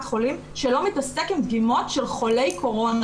חולים שלא מתעסק עם דגימות של חולי קורונה,